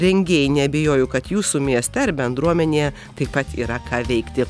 rengėjai neabejoju kad jūsų mieste ar bendruomenėje taip pat yra ką veikti